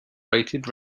rated